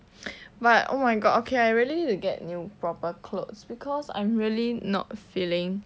but oh my god okay I really need to get new proper clothes because I'm really not feeling